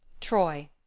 troy.